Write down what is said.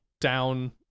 down